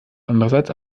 andererseits